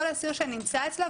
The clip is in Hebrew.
כל אסיר שנמצא אצלו,